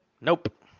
Nope